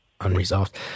unresolved